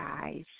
guys